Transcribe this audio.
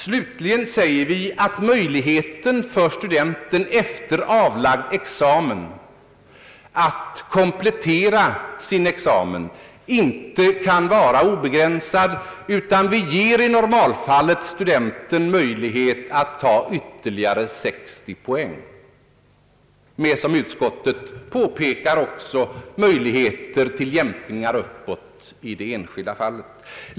Slutligen säger vi att möjligheten för studenten att efter avlagd examen komplettera denna examen inte kan vara obegränsad. Vi ger i normalfallet studenten möjlighet att ta ytterligare 60 poäng, med möjligheter, som utskottet också påpekar, till jämkningar uppåt i de enskilda fallen.